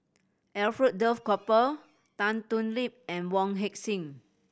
Alfred Duff Cooper Tan Thoon Lip and Wong Heck Sing